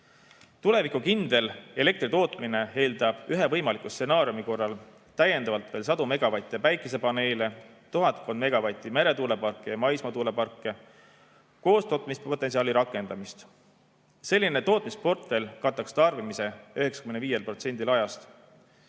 Tulevikukindel elektritootmine eeldab ühe võimaliku stsenaariumi korral veel sadu megavatte päikesepaneele, tuhatkonda megavatti mere‑ ja maismaatuuleparke ning koostootmispotentsiaali rakendamist. Selline tootmisportfell kataks tarbimise 95%‑l ajast.